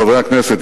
חברי הכנסת,